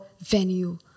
venue